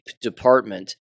department